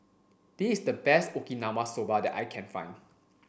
this is the best Okinawa Soba that I can find